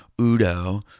Udo